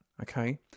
okay